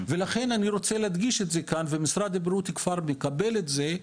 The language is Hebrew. לכן אני רוצה להדגיש את זה כאן ומשרד הבריאות מקבל את זה,